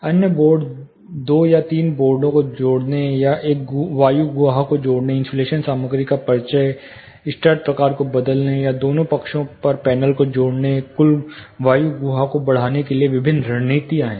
अन्य बोर्ड दो या तीन बोर्डों को जोड़ने या एक वायु गुहा को जोड़ने इन्सुलेशन सामग्री का परिचय स्टड प्रकार को बदलने या दोनों पक्षों पर पैनल को जोड़ने कुल वायु गुहा को बढ़ाने के लिए विभिन्न रणनीतियाँ हैं